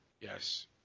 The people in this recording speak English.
yes